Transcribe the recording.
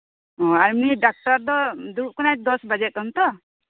ᱟᱨ ᱩᱱᱤ ᱰᱟᱠᱛᱟᱨ ᱫᱚ ᱫᱩᱲᱩᱵ ᱠᱟᱱᱟᱭ ᱫᱚᱥ ᱵᱟᱡᱮ ᱠᱷᱚᱱ ᱛᱚ